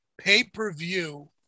pay-per-view